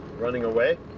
running away?